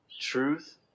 truth